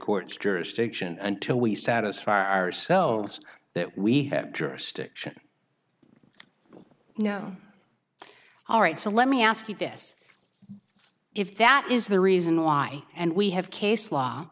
court's jurisdiction until we satisfy ourselves that we have jurisdiction no all right so let me ask you this if that is the reason why and we have case law